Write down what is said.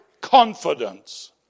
confidence